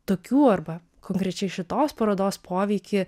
tokių arba konkrečiai šitos parodos poveikį